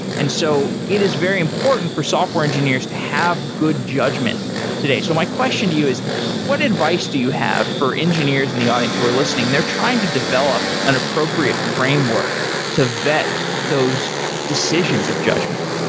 and so it is very important for software engineers to have good judgment today. so my question to you is what advice do you have for engineers in the audience who are listening and they're trying to develop an appropriate framework to vet those decisions of judgment?